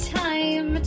time